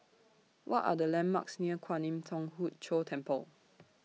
What Are The landmarks near Kwan Im Thong Hood Cho Temple